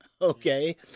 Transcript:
Okay